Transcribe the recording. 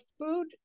food